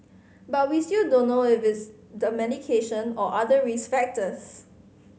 but we still don't know if is medication or other risk factors